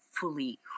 fully